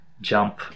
jump